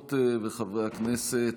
חברות וחברי הכנסת,